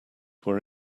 were